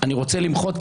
אני רוצה למחות,